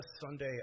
Sunday